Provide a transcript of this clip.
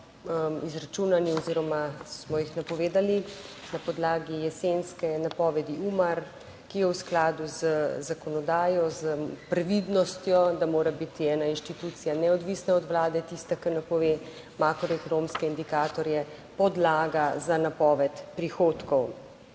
izračunani oziroma smo jih napovedali na podlagi jesenske napovedi UMAR, ki je v skladu z zakonodajo, s previdnostjo, da mora biti ena inštitucija neodvisna od vlade, tista ki napove makroekonomske indikatorje, podlaga za napoved prihodkov,